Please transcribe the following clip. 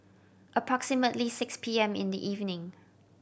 approximately six P M in the evening